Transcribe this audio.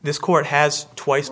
this court has twice